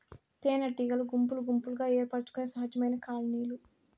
తేనెటీగలు గుంపులు గుంపులుగా ఏర్పరచుకొనే సహజమైన కాలనీలు